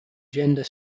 gender